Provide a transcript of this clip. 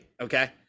Okay